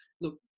look